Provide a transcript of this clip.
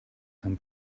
come